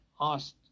asked